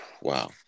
Wow